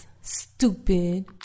stupid